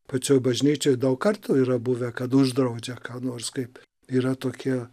pačioj bažnyčioj daug kartų yra buvę kad uždraudžia ką nors kaip yra tokie